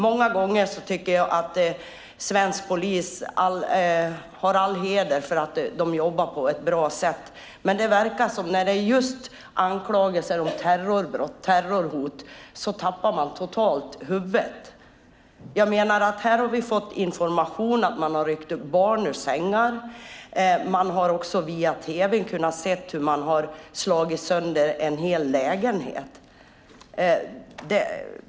Många gånger tycker jag att svensk polis ska ha all heder för att de jobbar på ett bra sätt. Men det verkar som att man totalt tappar huvudet just när det är anklagelser om terrorbrott och terrorhot. Här har vi fått information om att man har ryckt upp barn ur sängar. Man har också via tv kunnat se hur man har slagit sönder en hel lägenhet.